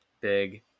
Big